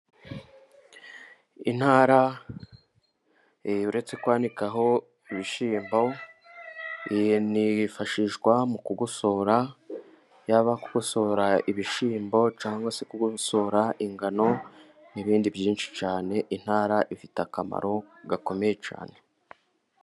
Intara uretse kwanikaho ibishyimbo, yifashishwa mu kugosora yaba kugosora ibishyimbo cyangwa se kugosora ingano n'ibindi byinshi cyane, intara ifite akamaro gakomeye cyane.